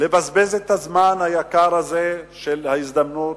לבזבז את הזמן היקר הזה של ההזדמנות